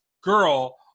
girl